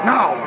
Now